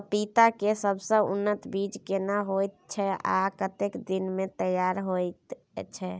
पपीता के सबसे उन्नत बीज केना होयत छै, आ कतेक दिन में तैयार होयत छै?